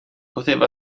poteva